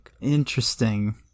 Interesting